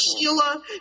Sheila